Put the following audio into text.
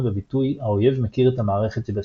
בביטוי "האויב מכיר את המערכת שבשימוש"